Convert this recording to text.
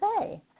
say